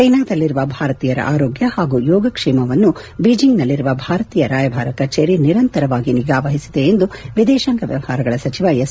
ಚೈನಾದಲ್ಲಿರುವ ಭಾರತೀಯರ ಆರೋಗ್ಯ ಹಾಗೂ ಯೋಗಕ್ಷೇಮವನ್ನು ಬೀಜಿಂಗ್ನಲ್ಲಿರುವ ಭಾರತೀಯ ರಾಯಭಾರಿ ಕಚೇರಿ ನಿರಂತರವಾಗಿ ನಿಗಾ ವಹಿಸಿದೆ ಎಂದು ವಿದೇಶಾಂಗ ವ್ಯವಹಾರಗಳ ಸಚಿವ ಎಸ್